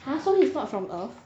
!huh! so he's not from earth